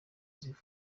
ziva